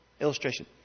Illustration